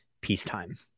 peacetime